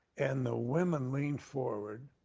and the women leaned forward.